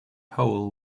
hole